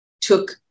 took